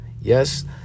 Yes